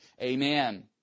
Amen